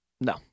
No